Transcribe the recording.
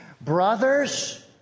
Brothers